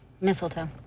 Mistletoe